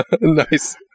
Nice